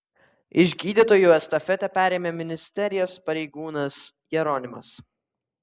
iš gydytojų estafetę perėmė ministerijos pareigūnas jeronimas